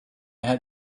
had